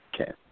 Okay